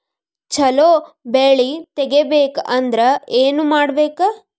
ಛಲೋ ಬೆಳಿ ತೆಗೇಬೇಕ ಅಂದ್ರ ಏನು ಮಾಡ್ಬೇಕ್?